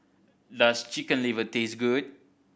does Chicken Liver taste good